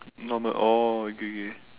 not not oh okay K